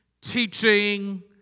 teaching